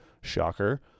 shocker